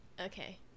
Okay